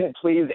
please